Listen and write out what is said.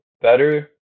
better